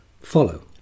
follow